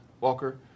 Walker